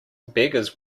beggars